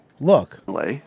Look